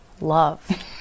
love